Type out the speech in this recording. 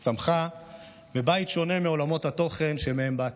היא צמחה בבית שונה מעולמות התוכן שמהם באתי,